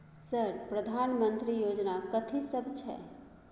Sir प्रधानमंत्री योजना कथि सब छै?